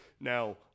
Now